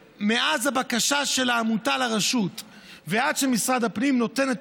מהבקשה של העמותה לרשות ועד שמשרד הפנים נותן את